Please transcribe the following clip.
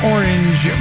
Orange